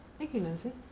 digging into